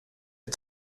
est